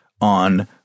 on